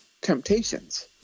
temptations